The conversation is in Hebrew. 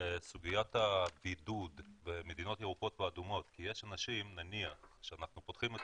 סוגיית הבידוד למדינות ירוקות ואדומות כי נניח שאנחנו פותחים,